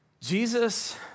Jesus